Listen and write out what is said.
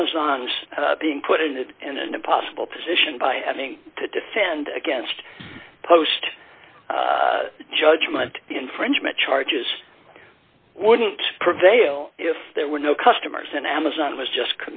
amazon's being put in the in an impossible position by having to defend against post judgement infringement charges wouldn't prevail if there were no customers and amazon was just